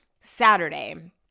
Saturday